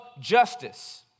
justice